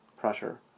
pressure